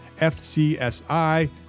FCSI